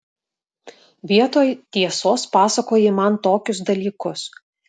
vietoj tiesos pasakoji man tokius dalykus